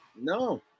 No